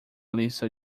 lista